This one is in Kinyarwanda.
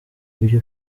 ibyo